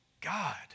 God